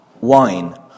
wine